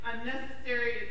unnecessary